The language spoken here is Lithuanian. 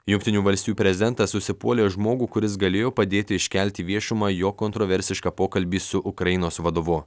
jungtinių valstijų prezidentas užsipuolė žmogų kuris galėjo padėti iškelti į viešumą jo kontroversišką pokalbį su ukrainos vadovu